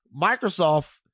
Microsoft